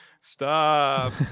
stop